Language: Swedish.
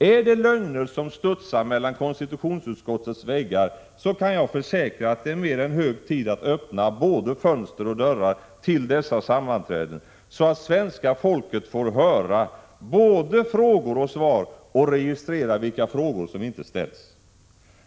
Är det lögner som studsar mellan konstitutionsutskottets väggar kan jag försäkra att det är mer än hög tid att öppna både fönster och dörrar till dessa sammanträden, så att svenska folket får höra såväl frågor som svar och registrera vilka frågor som inte ställs.